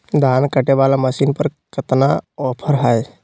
धान कटे बाला मसीन पर कतना ऑफर हाय?